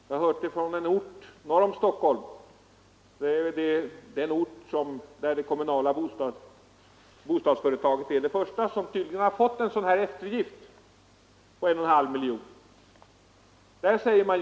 Jag har hört det från en ort norr om Stockholm, den ort där det kommunala bostadsföretaget tydligen är det första som har fått en sådan här eftergift på 1,5 miljoner.